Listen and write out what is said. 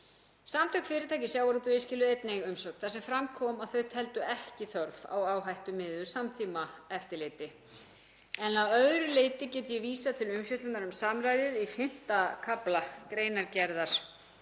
Samtök fyrirtækja í sjávarútvegi skiluðu einnig umsögn þar sem fram kom að þau teldu ekki þörf á áhættumiðuðu samtímaeftirliti. Að öðru leyti get ég vísað til umfjöllunar um samráðið í 5. kafla greinargerðar